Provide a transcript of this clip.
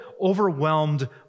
overwhelmed